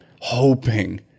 hoping